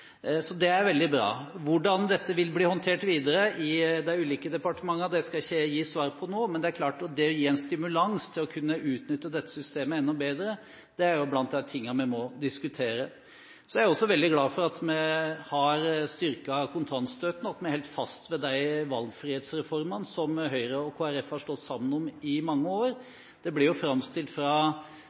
Så er jeg også veldig glad for at vi har styrket kontantstøtten, og at vi holdt fast ved de valgfrihetsreformene som Høyre og Kristelig Folkeparti har stått sammen om i mange år. Det ble jo framstilt fra